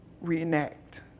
reenact